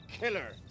killer